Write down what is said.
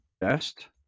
best